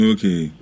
Okay